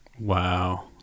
Wow